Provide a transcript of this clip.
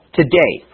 today